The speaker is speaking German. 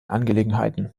angelegenheiten